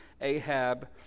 Ahab